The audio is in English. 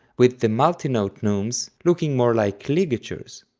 with the multi-note neumes looking more like ligatures.